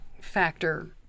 factor